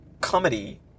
comedy